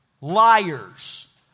liars